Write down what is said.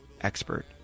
expert